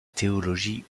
théologie